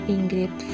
Ingrid